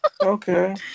okay